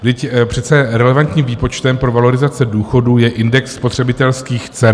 Vždyť přece relevantním výpočtem pro valorizace důchodů je index spotřebitelských cen.